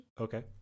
okay